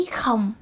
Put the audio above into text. không